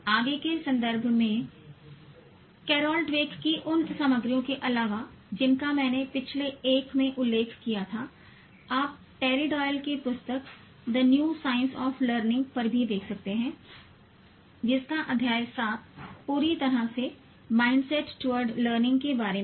आगे के संदर्भ के लिए कैरोल ड्वेक की उन सामग्रियों के अलावा जिनका मैंने पिछले एक में उल्लेख किया था आप टेरी डॉयल की पुस्तक the new science of learning पर भी देख सकते हैं जिसमें अध्याय 7 पूरी तरह से माइंडसेट टूवार्ड लर्निंग के बारे में है